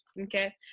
okay